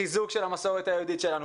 חיזוק של המסורת היהודית שלנו.